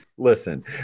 Listen